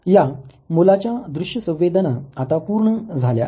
या मुलाच्या दृश्य संवेदना आता पूर्ण झाल्या आहे